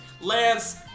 Lance